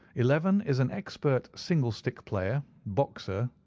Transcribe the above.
eleven. is an expert singlestick player, boxer,